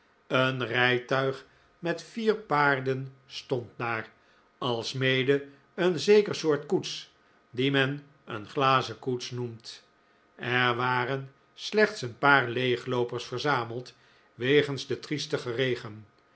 een rijtuig met vier paarden stond daar alsmede een zeker soort koets die men een glazen koets noemt er waren slechts een paar leegloopers verzameld wegens den triestigen regen